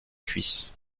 cuisses